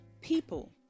people